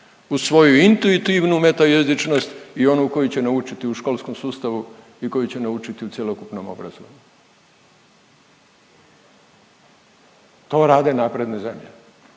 uz svoju intuitivnu meta jezičnost i onu koju će naučiti u školskom sustavu i koju će naučiti u cjelokupnom obrazovanju. To rade napredne zemlje